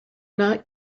not